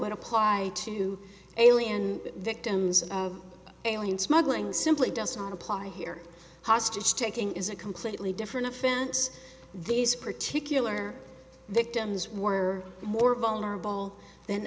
would apply to alien victims of alien smuggling simply does not apply here hostage taking is a completely different offense these particular victims were more vulnerable than